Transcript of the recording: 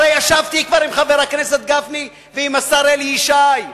הרי ישבתי כבר עם חבר הכנסת גפני ועם השר אלי ישי,